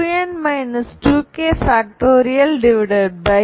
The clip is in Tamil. k2n 2k